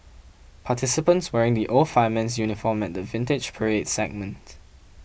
participants wearing the old fireman's uniform at the Vintage Parade segment